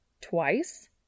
Twice